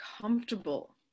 comfortable